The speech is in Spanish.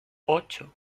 ocho